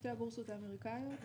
שתי הבורסות האמריקניות,